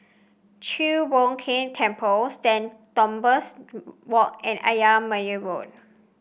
Chi Hock Keng Temple Saint Thomas Walk and Ayer Merbau Road